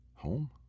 home